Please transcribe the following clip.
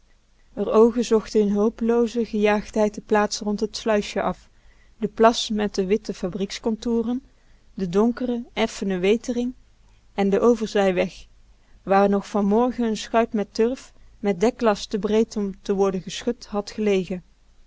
r oogen zochten in hulplooze gejaagdheid de plaats rond t sluisje af den plas met de witte fabriekskontoezen de donkere effene wetering en den overzij weg waar nog vanmorgen n schuit met turf met deklast te breed om te worden geschut had gelegen